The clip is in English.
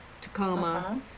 tacoma